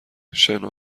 شنا